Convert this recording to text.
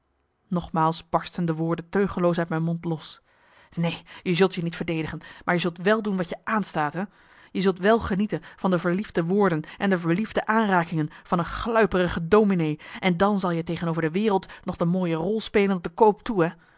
nogmaals barstten de woorden teugelloos uit mijn mond los neen je zult je niet verdedigen maar je zult wel doen wat je aanstaat hè je zult wel genieten van de verliefde woorden en de verliefde aanrakingen van een gluiperige dominee en dan zal je tegenmarcellus emants een nagelaten bekentenis over de wereld nog de mooie rol spelen op de koop toe